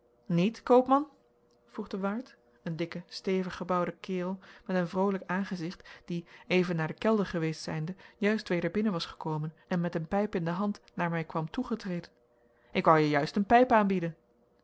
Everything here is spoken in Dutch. niet koopman vroeg de waard een dikke stevig gebouwde kaerel met een vrolijk aangezicht die even naar den kelder geweest zijnde juist weder binnen was gekomen en met een pijp in de hand naar mij kwam toegetreden ik woû je juist een pijp aanbieden